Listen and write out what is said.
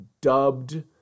dubbed